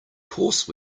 course